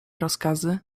rozkazy